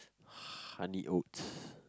honey oats